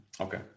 Okay